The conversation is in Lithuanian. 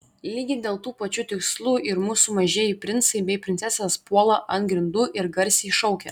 lygiai dėl tų pačių tikslų ir mūsų mažieji princai bei princesės puola ant grindų ir garsiai šaukia